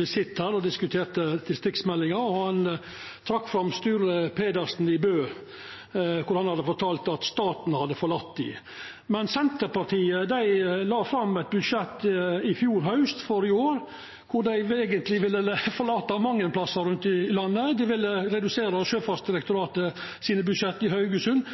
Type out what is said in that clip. visitt her og diskuterte distriktsmeldinga. Han trekte fram Sture Pedersen i Bø, der han hadde fortalt at staten hadde forlate dei. Men Senterpartiet la i fjor haust fram eit budsjett for i år der dei eigentleg ville forlata mange plassar rundt om i landet. Dei ville redusera Sjøfartsdirektoratet sine budsjett i Haugesund.